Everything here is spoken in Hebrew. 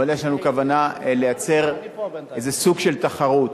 אבל יש לנו כוונה לייצר איזה סוג של תחרות.